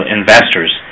investors